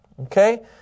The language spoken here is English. Okay